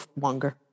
longer